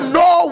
no